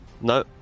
No